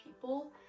people